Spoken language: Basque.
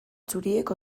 txuriek